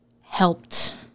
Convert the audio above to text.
helped